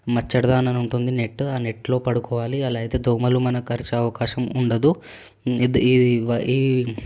మచ్చడ్ దానని ఉంటుంది నెట్ ఆ నెట్లో పడుకోవాలి అలా అయితే దోమలు మన కరిచే అవకాశం ఉండదు ఇద్ ఇది ఈ